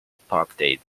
property